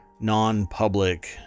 non-public